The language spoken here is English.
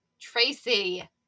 Tracy